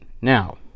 Now